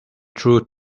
truth